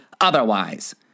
otherwise